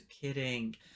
kidding